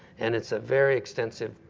and it's a very extensive,